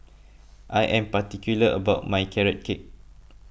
I am particular about my Carrot Cake